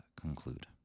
conclude